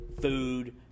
food